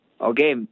okay